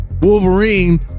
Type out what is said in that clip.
Wolverine